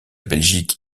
belgique